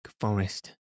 forest